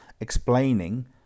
explaining